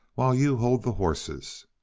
while you hold the horses.